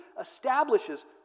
establishes